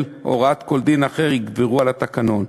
או הוראת כל דין אחר יגברו על התקנון.